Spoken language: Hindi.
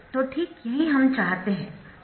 तो ठीक यही हम चाहते है